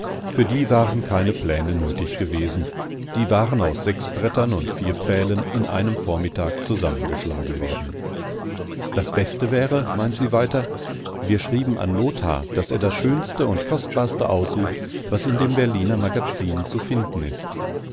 für die waren keine pläne nötig gewesen die war aus sechs brettern und vier pfählen in einem vormittag zusammengeschlagen worden das beste wäre meint sie weiter wir schrieben an lothar daß er das schönste und kostbarste aussucht was in den berliner magazinen zu finden ist